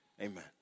Amen